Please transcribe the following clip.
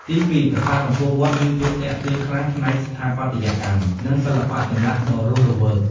ទីពីរ ប្រាសាទអង្គរវត្តមានភាពទាក់ទាញខ្លាំងផ្នែកស្ថាបត្យកម្ម និងសិល្បៈចម្លាក់ដ៏រស់រវើក។